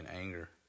anger